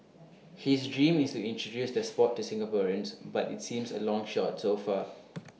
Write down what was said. his dream is to introduce the Sport to Singaporeans but IT seems A long shot so far